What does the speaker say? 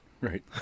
Right